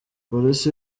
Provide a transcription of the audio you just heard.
polisi